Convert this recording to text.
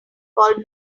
called